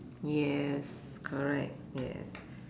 yes correct yes